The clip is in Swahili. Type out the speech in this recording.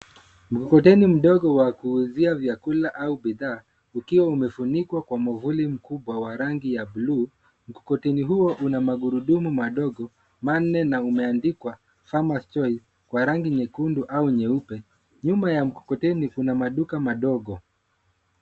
Mkokoteni mdogo wa kuuzia vyakula au bidhaa, ukiwa umefunikwa kwa mwavuli mkubwa wa rangi ya buluu. Mkokoteni huo una magurudumu madogo, manne na umeandikwa Farmers Choice kwa rangi nyekundu au nyeupe. Nyuma ya mkokoteni kuna maduka madogo.